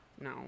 No